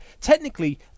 technically